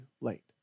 late